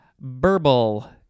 burble